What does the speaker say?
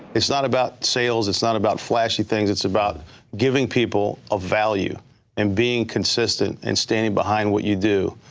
it's not about sales. it's not about flashy things. it's about giving people a value and being consistent, and standing behind what you do,